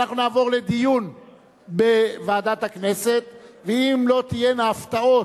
התשע"ג 2012, לוועדת הכנסת נתקבלה.